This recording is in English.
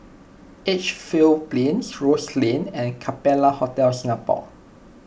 Edgefield Plains Rose Lane and Capella Hotel Singapore